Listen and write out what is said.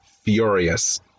furious